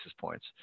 points